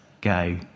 go